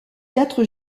quatre